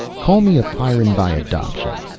call me a pyrran by adoption.